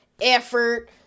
effort